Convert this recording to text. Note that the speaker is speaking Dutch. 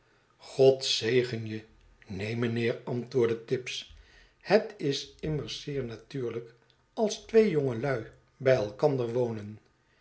god zegen je neen meneer antwoordde tibbs a het is immers zeer natuurlijk alstwee jongelui bij elkander wonen